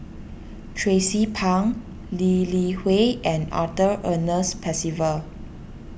Tracie Pang Lee Li Hui and Arthur Ernest Percival